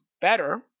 better